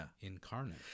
incarnate